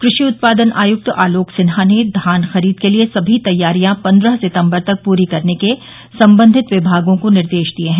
कृषि उत्पादन आयुक्त आलोक सिन्हा ने धान खरीद के लिये सभी तैयारियां पन्द्रह सितम्बर तक पूरी करने के संबंधित विभागों को निर्देश दिये हैं